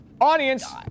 Audience